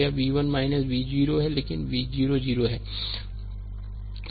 यह v 1 v 0 है लेकिन v 0 0 है